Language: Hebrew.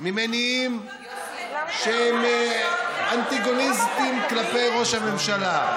ממניעים שהם אנטגוניסטיים כלפי ראש הממשלה,